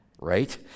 right